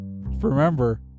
Remember